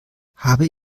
habe